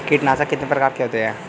कीटनाशक कितने प्रकार के होते हैं?